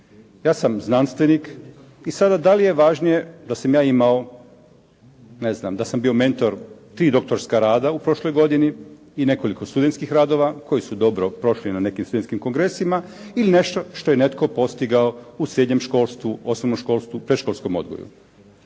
Ja sam znanstvenik, da li je važnije da sam bio mentor tri doktorska rada u prošloj godini, i nekoliko studentskih radova koji su dobro prošli na nekim svjetskim kongresima ili nešto što je netko postigao u srednjem školstvu, osnovnom školstvu, predškolskom odgoju.